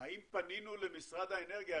האם פנינו למשרד האנרגיה.